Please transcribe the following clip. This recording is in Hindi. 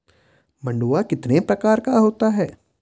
मंडुआ कितने प्रकार का होता है?